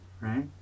right